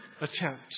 attempt